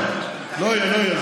לא יהיה, לא יהיה.